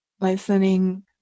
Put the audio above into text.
Listening